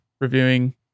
reviewing